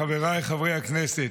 חבריי חברי הכנסת,